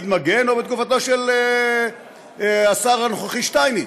מגן או בתקופתו של השר הנוכחי שטייניץ,